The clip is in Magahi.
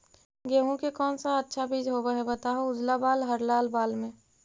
गेहूं के कौन सा अच्छा बीज होव है बताहू, उजला बाल हरलाल बाल में?